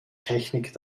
technik